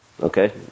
Okay